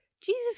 Jesus